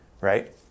right